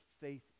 faith